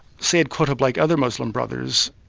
sayyid qutb, like other muslim brothers,